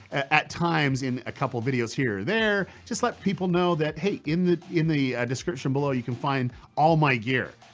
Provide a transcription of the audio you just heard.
at times, in a couple of videos, here or there, just let people know that, hey, in the in the description below you can find all my gear.